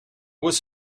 was